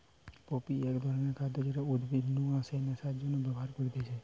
poppy এক ধরণের খাদ্য যেটা উদ্ভিদ নু আসে নেশার জন্যে ব্যবহার করতিছে